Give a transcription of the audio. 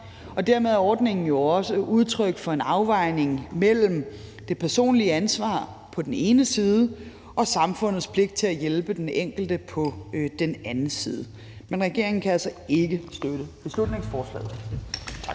Dermed er ordningen jo også udtryk for en afvejning mellem det personlige ansvar på den ene side og samfundets pligt til at hjælpe den enkelte på den anden side. Men regeringen kan altså ikke støtte beslutningsforslaget.